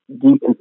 deep